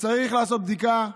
שצריך לעשות בדיקה.